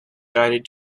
guided